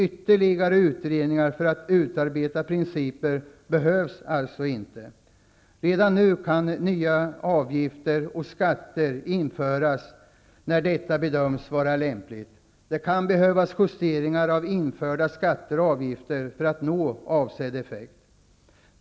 Ytterligare utredningar för att utarbeta principer behövs alltså inte. Redan nu kan nya avgifter och skatter införas, när detta bedöms vara lämpligt. Det kan behövas justeringar av införda skatter och avgifter för att de skall nå avsedd effekt.